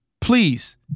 Please